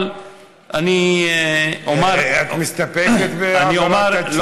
אבל אני אומר, את מסתפקת בהעברת התשובה?